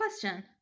question